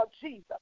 Jesus